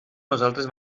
nosaltres